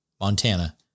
Montana